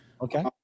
Okay